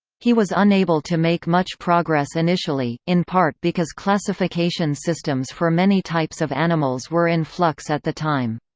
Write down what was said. he was unable to make much progress initially, in part because classification systems for many types of animals were in flux at the time.